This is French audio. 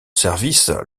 service